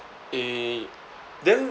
eh then